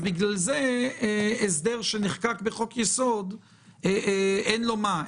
בגלל זה הסדר שנחקק בחוק-יסוד אין לו מה?